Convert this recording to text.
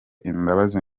imbabazi